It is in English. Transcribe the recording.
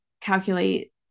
calculate